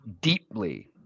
deeply